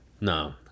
No